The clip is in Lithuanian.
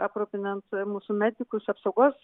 aprūpinant mūsų medikus apsaugos